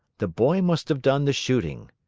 the boy must have done the shooting.